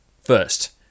first